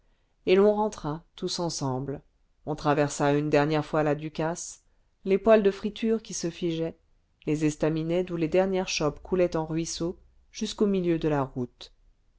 et l'on rentra tous ensemble on traversa une dernière fois la ducasse les poêles de friture qui se figeaient les estaminets d'où les dernières chopes coulaient en ruisseaux jusqu'au milieu de la route